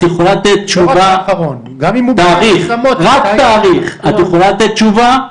את יכולה לתת תשובה,